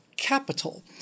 capital